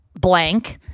blank